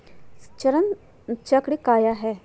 चरण चक्र काया है?